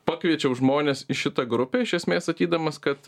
pakviečiau žmones į šitą grupę iš esmės sakydamas kad